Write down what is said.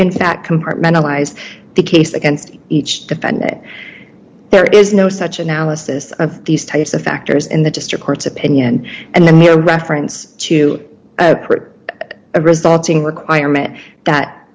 compartmentalize the case against each defend that there is no such analysis of these types of factors in the district court's opinion and the near reference to a resulting requirement that